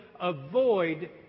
avoid